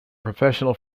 professional